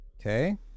okay